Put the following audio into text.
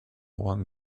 one